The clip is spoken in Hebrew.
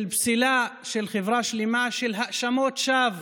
של פסילה של חברה שלמה, של האשמות שווא